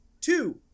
two